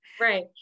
Right